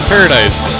Paradise